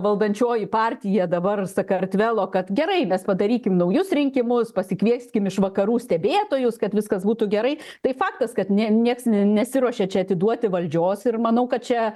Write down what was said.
valdančioji partija dabar sakartvelo kad gerai mes padarykim naujus rinkimus pasikvieskim iš vakarų stebėtojus kad viskas būtų gerai tai faktas kad ne nieks nesiruošia čia atiduoti valdžios ir manau kad čia